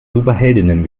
superheldinnen